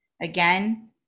again